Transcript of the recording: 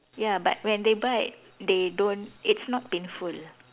ya but when they bite they don't it's not painful